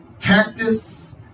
cactus